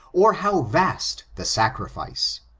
or how vast the sacrifice.